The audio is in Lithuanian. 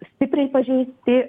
stipriai pažeisti